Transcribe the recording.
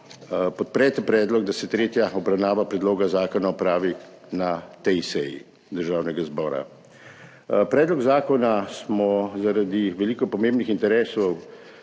podprete predlog, da se tretja obravnava predloga zakona opravi na tej seji Državnega zbora. Predlog zakonasmo zaradi veliko pomembnih interesov